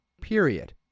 period